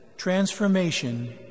Transformation